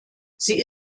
sie